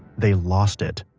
they lost it.